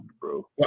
bro